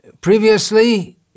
Previously